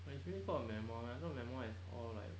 but it's actually call a memoir meh I thought memoir is all like